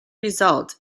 result